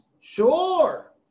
Sure